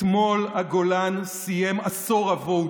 אתמול הגולן סיים עשור אבוד,